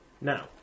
Now